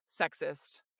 sexist